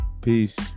Peace